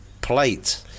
plate